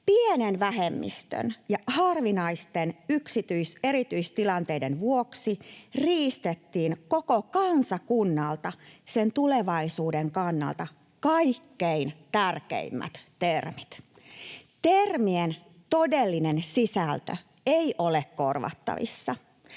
Pienen vähemmistön ja harvinaisten yksityis- ja erityistilanteiden vuoksi riistettiin koko kansakunnalta sen tulevaisuuden kannalta kaikkein tärkeimmät termit. Termien todellinen sisältö ei ole korvattavissa.